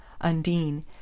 undine